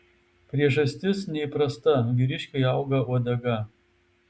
priežastis neįprasta vyriškiui auga uodega